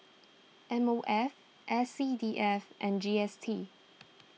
M O F S C D F and G S T